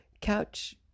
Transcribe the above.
couch